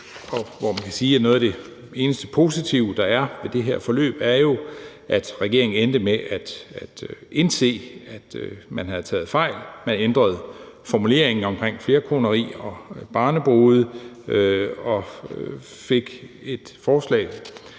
noget af det eneste positive, der er ved det her forløb, jo er, at regeringen endte med at indse, at man havde taget fejl. Man ændrede formuleringen omkring flerkoneri og barnebrude og fik et forslag,